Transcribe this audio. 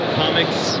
comics